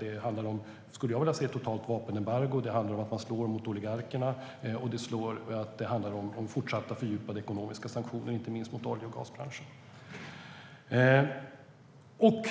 Det handlar om ett totalt vapenembargo, att slå mot oligarkerna och om fortsatta fördjupade ekonomiska sanktioner inte minst mot olje och gasbranschen.